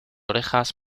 orejas